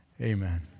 amen